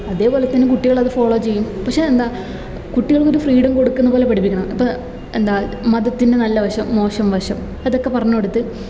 അതേപോലെതന്നെ കുട്ടികള് അത് ഫോളോ ചെയ്യും പക്ഷെ എന്താ കുട്ടികൾക്ക് ഒരു ഫ്രീഡം കൊടുക്കുന്നപോലെ പഠിപ്പിക്കണം ഇപ്പോൾ എന്താ മതത്തിൻ്റെ നല്ല വശം മോശം വശം അതൊക്കെ പറഞ്ഞു കൊടുത്ത്